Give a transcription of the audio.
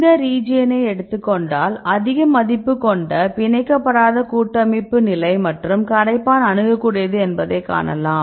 இந்த ரீஜியன்னை எடுத்துக் கொண்டால் அதிக மதிப்பு கொண்ட பிணைக்கபடாத கூட்டமைப்பு நிலை மற்றும் கரைப்பான் அணுகக்கூடியது என்பதை காணலாம்